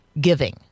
giving